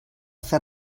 fer